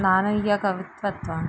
నన్నయ్య కవిత్వం